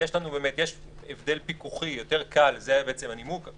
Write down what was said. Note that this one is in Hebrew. יש הבדל פיקוחי, והנימוק הוא